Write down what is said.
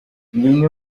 bimwe